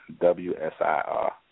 W-S-I-R